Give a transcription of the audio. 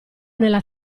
nella